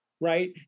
Right